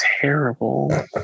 terrible